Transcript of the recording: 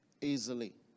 easily